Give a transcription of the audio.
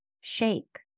Shake